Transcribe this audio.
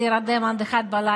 להימנע ממלחמת אחים,